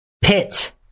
pit